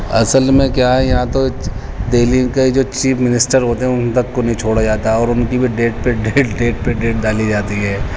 اصل میں کیا ہے یہاں تو دہلی کے جو چیف منسٹر ہوتے ہیں ان تک کو نہیں چھوڑا جاتا ہے اور ان کی بھی ڈیٹ پہ ڈیٹ ڈیٹ پہ ڈیٹ ڈالی جاتی ہے